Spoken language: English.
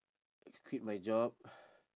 quit my job